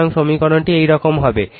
সুতরাং সমীকরণটি এরকম হবে